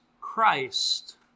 Christ